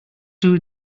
too